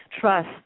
trust